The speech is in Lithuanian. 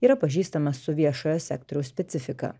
yra pažįstamas su viešojo sektoriaus specifika